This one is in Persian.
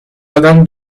آدم